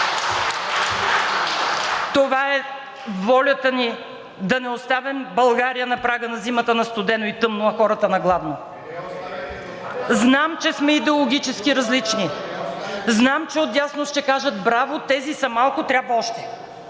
това е волята ни да не оставим България на прага на зимата на студено и тъмно, а хората на гладно. (Реплики от ГЕРБ-СДС.) Знам, че сме идеологически различни, знам, че отдясно ще кажат: браво, тези са малко – трябва още.